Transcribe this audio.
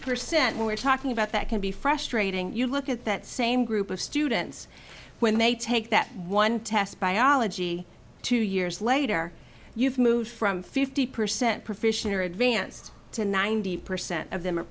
percent more we're talking about that can be frustrating you look at that same group of students when they take that one test biology two years later you've moved from fifty percent proficient or advanced to ninety percent of them are